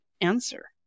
answer